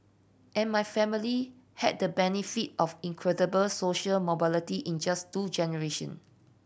and my family had the benefit of incredible social mobility in just two generation